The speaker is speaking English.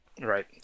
Right